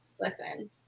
listen